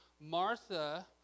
Martha